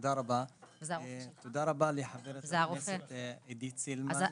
תודה רבה לחברת הכנסת עידית סילמן.